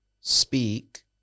speak